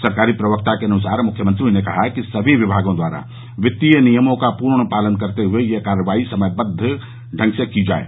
सरकारी प्रवक्ता के अनुसार मुख्यमंत्री ने कहा कि सभी विमागों द्वारा वित्तीय नियमों का पूर्ण पालन करते हुए यह कार्रवाई समयबद्व की जाये